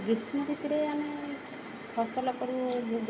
ଗ୍ରୀଷ୍ମଋତୁରେ ଆମେ ଫସଲ କରୁ ମୁଗ